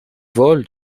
vol